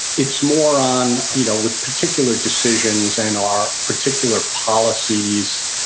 it's more on, you know with particular decisions and our particular policies,